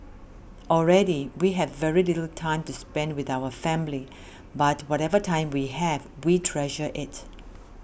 already we have very little time to spend with our family but whatever time we have we treasure it